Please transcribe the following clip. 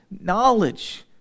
knowledge